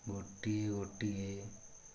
ଗୋଟିଏ ଗୋଟିଏ